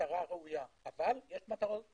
מטרה ראויה, אך יש מטרות נוספות,